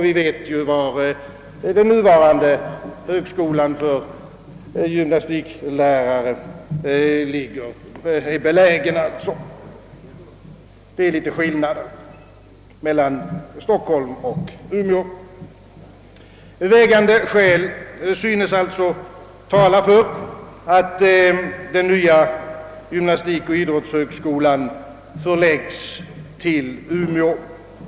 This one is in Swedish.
Vi vet ju, var den nuvarande högskolan för gymnastiklärare är belägen. Det är en viss skillnad mellan Stockholm och Umeå. Vägande skäl synes alltså tala för att den nya gymnastikoch idrottshögskolan förlägges till Umeå.